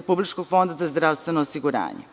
Republičkog fonda zdravstvenog osiguranja.